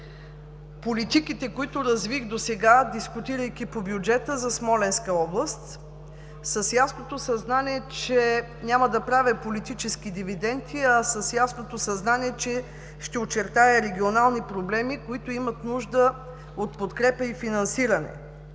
политиките, които развих досега, дискутирайки по бюджета за Смоленска област, с ясното съзнание, че няма да правя политически дивиденти, а с ясното съзнание, че ще очертая регионални проблеми, които имат нужда от подкрепа и финансиране.